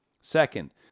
Second